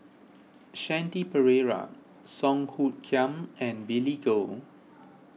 Shanti Pereira Song Hoot Kiam and Billy Koh